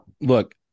Look